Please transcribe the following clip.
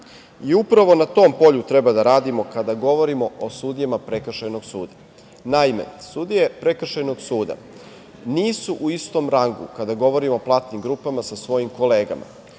rad. Upravo na tom polju treba da radimo kada govorimo sudijama prekršajnog suda. Naime, sudije prekršajnog suda nisu u istom rangu kada govorimo o platnim grupama sa svojim kolegama.